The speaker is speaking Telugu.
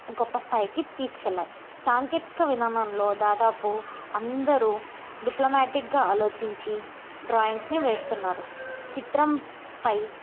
గొప్ప స్థాయికి తీసుకు వెళ్ళాయి సాంకేతికత విధానంలో దాదాపు అందరు డిప్లమ్యాటిక్గా ఆలోచించి డ్రాయింగ్స్ని వేస్తున్నారు చిత్రంపై